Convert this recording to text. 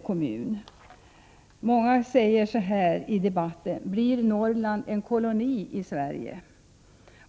kommun. Många säger så här i debatten: Blir Norrland en koloni i Sverige?